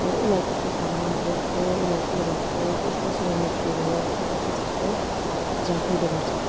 उसलाई के के खानु मनपरेको थियो उसलाई के भएको थियो ऊ कसरी मृत्यु भयो उसको त्यो सबै झाँक्रीले गर्छ